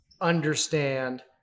understand